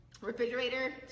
refrigerator